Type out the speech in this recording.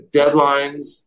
deadlines